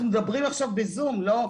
אנחנו מדברים עכשיו בזום, לא?